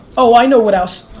oh i know what else.